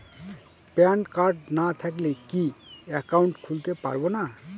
Pan card না থাকলে কি একাউন্ট খুলতে পারবো না?